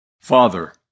Father